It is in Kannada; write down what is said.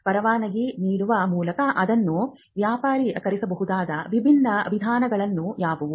ಪರವಾನಗಿ ನೀಡುವ ಮೂಲಕ ಅದನ್ನು ವ್ಯಾಪಾರೀಕರಿಸಬಹುದಾದ ವಿಭಿನ್ನ ವಿಧಾನಗಳು ಯಾವುವು